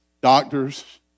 doctors